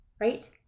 Right